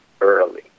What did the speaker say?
early